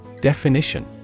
Definition